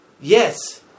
Yes